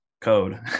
code